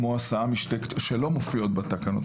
כמו הסעות שלא מופיעות בתקנות.